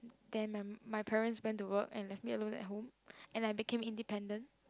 then my my parents went to work and left me alone at home and I became independent